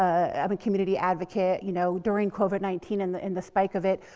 i mean community advocate, you know. during covid nineteen and the and the spike of it,